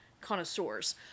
connoisseurs